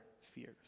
fears